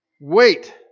wait